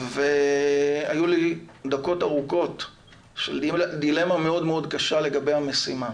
והיו לי דקות ארוכות של דילמה מאוד מאוד קשה לגבי המשימה.